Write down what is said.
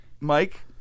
Mike